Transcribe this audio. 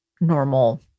normal